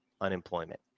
unemployment